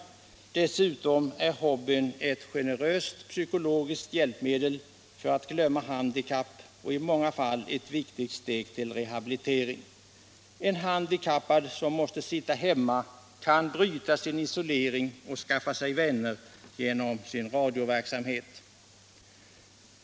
Dessutom är hobbyn ett generöst psykologiskt hjälpmedel för att glömma handikapp och i många fall ett viktigt steg till rehabilitering. En handikappad som måste sitta hemma kan bryta sin isolering och skaffa sig vänner genom sin radioverksamhet.